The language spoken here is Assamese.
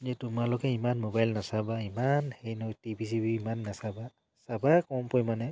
যে তোমালোকে ইমান মোবাইল নাচাবা ইমান হেৰি নহয় টিভি চিভি ইমান নাচাবা চাবা কম পৰিমাণে